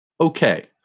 okay